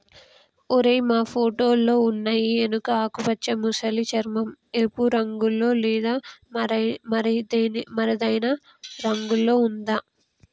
ఓరై మా ఫోటోలో ఉన్నయి ఎనుక ఆకుపచ్చ మసలి చర్మం, ఎరుపు రంగులో లేదా మరేదైనా రంగులో ఉందా